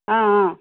ஆ ஆ